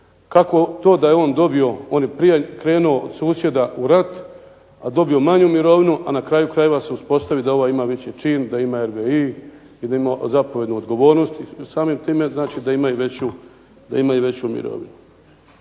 kako to da je on dobio, on je prije krenuo od susjeda u rat, a dobio manju mirovinu, a na kraju krajeva se uspostavi da ovaj ima viši čin, da ima RVI i da je imao zapovjednu odgovornost. Samim time znači da ima i veću mirovinu.